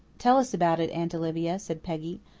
tell us about it, aunt olivia, said peggy.